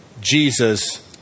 Jesus